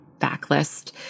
backlist